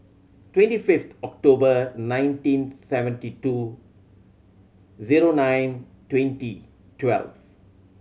twenty fifth October nineteen seventy two zero nine twenty twelve